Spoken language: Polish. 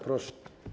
Proszę.